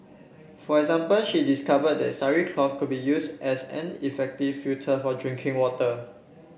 for example she discovered that sari cloth could be used as an effective filter for drinking water